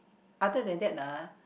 other than that ah